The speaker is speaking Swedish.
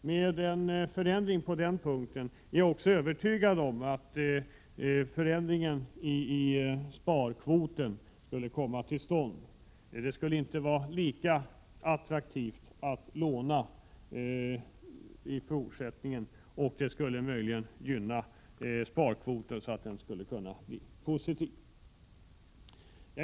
Med en förändring på den punkten är jag också övertygad om att en förändring i sparkvoten skulle komma till stånd. Det skulle inte längre vara lika attraktivt att låna, och det skulle möjligen gynna sparkvoten så att den skulle bli positiv.